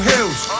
Hills